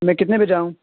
کتنے بجے آؤں